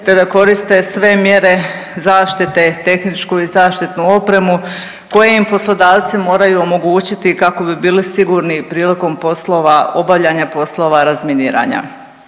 te da koriste sve mjere zaštite, tehničku i zaštitnu opremu koje im poslodavci moraju omogućiti kako bi bili sigurni prilikom poslova obavljanja poslova razminiranja.